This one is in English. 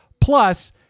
plus